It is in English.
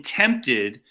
tempted